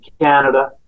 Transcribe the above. Canada